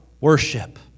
worship